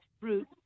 fruit